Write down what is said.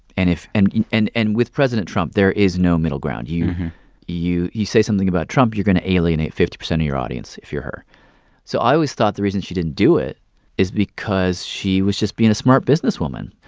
and if and and and with president trump, there is no middle ground. you you say something about trump, you're going to alienate fifty percent of your audience if you're her so i always thought the reason she didn't do it is because she was just being a smart businesswoman.